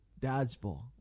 dodgeball